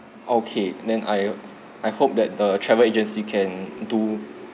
okay then I I hope that the travel agency can do